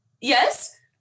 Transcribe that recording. Yes